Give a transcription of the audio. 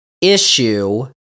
issue